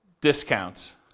discounts